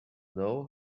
know